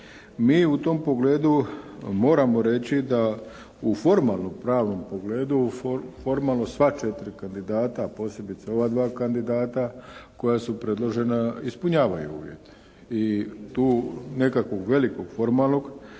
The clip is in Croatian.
Mi u tom pogledu moramo reći da u formalno pravnom pogledu, formalno sva četiri kandidata a posebice ova dva kandidata koja su predložena ispunjavaju uvjete. I tu nekakvog velikog formalnog